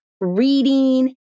reading